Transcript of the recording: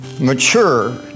mature